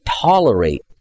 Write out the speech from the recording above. tolerate